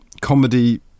comedy